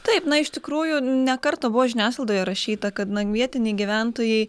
taip na iš tikrųjų ne kartą buvo žiniasklaidoje rašyta kad na vietiniai gyventojai